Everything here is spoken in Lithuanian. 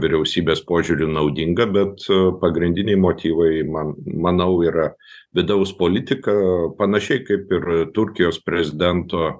vyriausybės požiūriu naudinga bet pagrindiniai motyvai man manau yra vidaus politika panašiai kaip ir turkijos prezidento